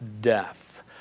death